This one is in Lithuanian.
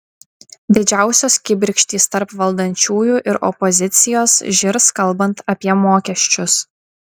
didžiausios kibirkštys tarp valdančiųjų ir opozicijos žirs kalbant apie mokesčius